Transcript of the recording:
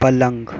पलंग